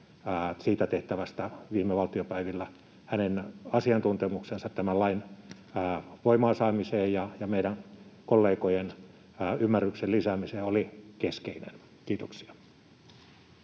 siitä tehtävästä viime valtiopäivillä. Hänen asiantuntemuksensa tämän lain voimaansaamisessa ja meidän kollegojen ymmärryksen lisäämisessä oli keskeinen. — Kiitoksia.